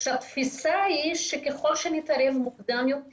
התפיסה היא שככל שנתערב מוקדם יותר,